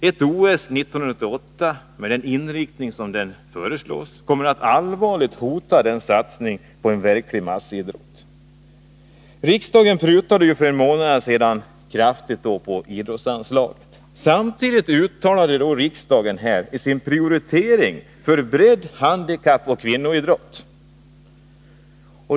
Ett OS 1988 med den inriktning den föreslås få kommer att allvarligt hota satsningen på en verklig massidrott. Riksdagen prutade för en månad sedan kraftigt på idrottsanslaget. Samtidigt uttalade riksdagen en prioritering för bredd-, handikappoch kvinnoidrott.